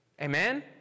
Amen